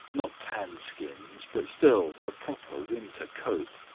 not tanned skins, but still a proper winter coat.